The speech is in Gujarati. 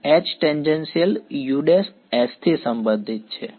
ના H ટેન્જેન્શિયલ us થી સંબંધિત છે